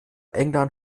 england